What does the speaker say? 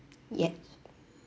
ye~